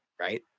Right